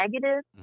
negative